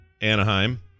Anaheim